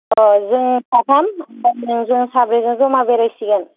अ जों साथाम आमफाय नोंजों साब्रैजों जमा बेरायसिगोन